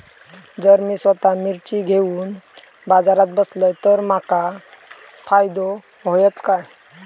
जर मी स्वतः मिर्ची घेवून बाजारात बसलय तर माका फायदो होयत काय?